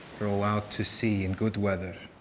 row out to sea in good weather,